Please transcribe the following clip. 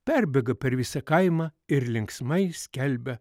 perbėga per visą kaimą ir linksmai skelbia